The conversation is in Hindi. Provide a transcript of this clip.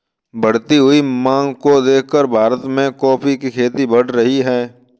बढ़ती हुई मांग को देखकर भारत में कॉफी की खेती बढ़ रही है